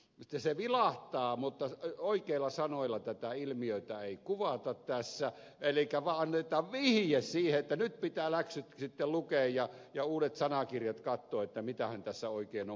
tässä se vilahtaa mutta oikeilla sanoilla tätä ilmiötä ei kuvata tässä elikkä vaan annetaan vihje siitä että nyt pitää läksyt lukea ja uudet sanakirjat katsoa mitähän tässä oikein on meneilläänkään tällä maapallolla